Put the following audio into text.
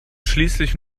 schließlich